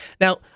Now